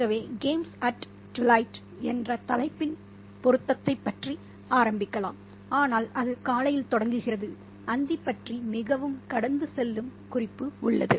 ஆகவே'Games at Twilight' என்ற தலைப்பின் பொருத்தத்தைப் பற்றி ஆரம்பிக்கலாம் ஆனால் அது காலையில் தொடங்குகிறது அந்தி பற்றி மிகவும் கடந்து செல்லும் குறிப்பு உள்ளது